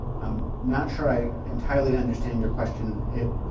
i'm not sure i entirely understand your question.